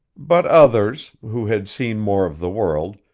but others, who had seen more of the world,